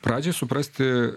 pradžiai suprasti